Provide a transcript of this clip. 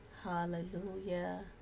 Hallelujah